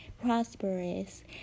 prosperous